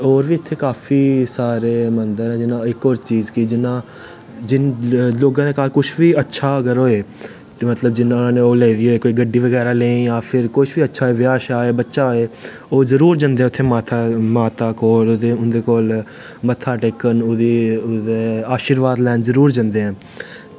होर बी इत्थे काफी सारे मन्दर ऐ इक होर चीज़ कि जियां लोगां दे घर कुश बी अच्छा अगर होए ते मतलव जियां उनां ने ओह् लेनी होए कोई गड्डी बगैरा लेई जां फिर कोई कुश बी अच्छा होए ब्याह् शयाह्जा बच्चा होए ओह् जरूर जंदे उत्थै माता कोल ते उं'दे कोल मत्था टेकन उ'दा आशीर्वाद लैन जरूर जंदे ऐं